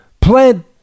plant